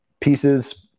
pieces